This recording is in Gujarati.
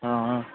હાં હાં